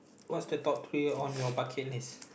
what's the top three on your bucket list